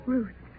Ruth